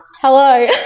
Hello